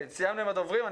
סיימנו עם הדוברים,